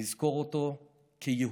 נזכור אותו כיהודי